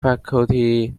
faculty